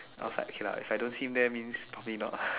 I was like okay if I don't see him there then probably not lah